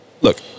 look